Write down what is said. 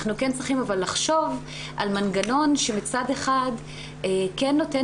אנחנו כן צריכים אבל לחשוב על מנגנון שמצד אחד כן נותן